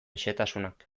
xehetasunak